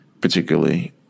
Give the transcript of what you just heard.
particularly